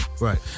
Right